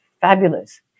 fabulous